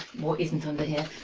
what isn't under here!